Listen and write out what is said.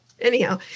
Anyhow